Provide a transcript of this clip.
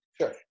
Sure